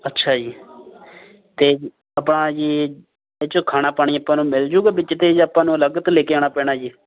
ਅੱਛਾ ਜੀ ਅਤੇ ਆਪਾਂ ਜੇ ਇਹ 'ਚ ਖਾਣਾ ਪਾਣੀ ਆਪਾਂ ਨੂੰ ਮਿਲ ਜੂਗਾ ਵਿੱਚ ਅਤੇ ਜਾਂ ਆਪਾਂ ਨੂੰ ਅਲੱਗ ਤੋਂ ਲੈ ਕੇ ਆਉਣਾ ਪੈਣਾ ਜੀ